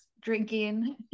drinking